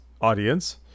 audience